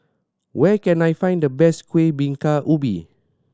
where can I find the best Kuih Bingka Ubi